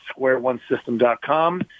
squareonesystem.com